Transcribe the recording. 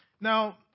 Now